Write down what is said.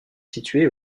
située